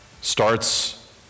starts